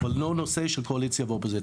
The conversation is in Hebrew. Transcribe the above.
לא נושא של קואליציה אופוזיציה.